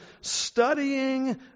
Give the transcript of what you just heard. studying